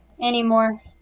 anymore